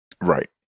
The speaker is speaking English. right